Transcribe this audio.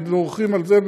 דורכים על זה,